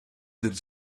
that